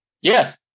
Yes